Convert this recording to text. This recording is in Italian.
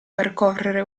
percorrere